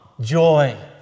joy